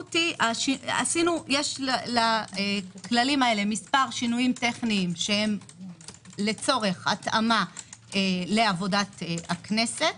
יש לכללים האלה מספר שינויים טכניים שהם לצורך התאמה לעבודת הכנסת.